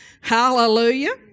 hallelujah